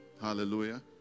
Hallelujah